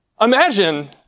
imagine